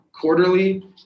quarterly